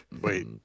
Wait